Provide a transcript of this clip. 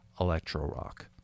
Electro-Rock